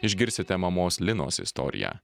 išgirsite mamos linos istoriją